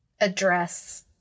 address